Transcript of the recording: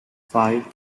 five